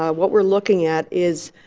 ah what we're looking at is